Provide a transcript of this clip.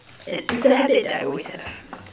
and it's a habit that I always have